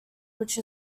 which